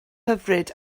hyfryd